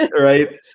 right